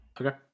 Okay